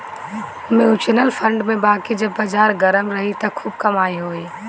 mutual fund में बाकी जब बाजार गरम रही त खूब कमाई होई